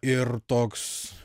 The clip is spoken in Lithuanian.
ir toks